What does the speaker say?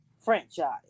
franchise